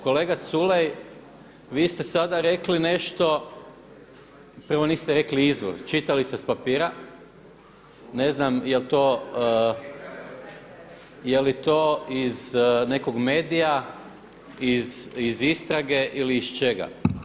Kolega Culej vi ste sada rekli nešto, prvo niste rekli izvor, čitali ste sa papira, ne znam je li to iz nekog medija, iz istrage ili iz čega.